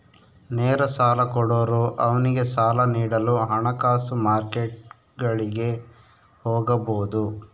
ನೇರ ಸಾಲ ಕೊಡೋರು ಅವ್ನಿಗೆ ಸಾಲ ನೀಡಲು ಹಣಕಾಸು ಮಾರ್ಕೆಟ್ಗುಳಿಗೆ ಹೋಗಬೊದು